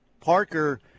Parker